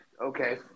Okay